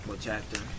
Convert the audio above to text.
chapter